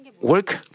work